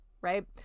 right